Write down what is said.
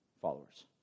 followers